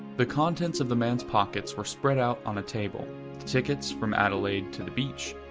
the contents of the man's pockets were spread out on a table tickets from adelaide to the beach,